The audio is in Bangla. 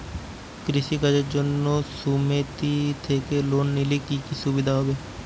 কৃষি কাজের জন্য সুমেতি থেকে লোন নিলে কি কি সুবিধা হবে?